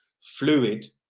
fluid